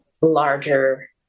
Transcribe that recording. larger